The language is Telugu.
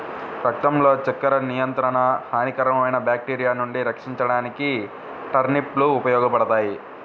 రక్తంలో చక్కెర నియంత్రణకు, హానికరమైన బ్యాక్టీరియా నుండి రక్షించడానికి టర్నిప్ లు ఉపయోగపడతాయి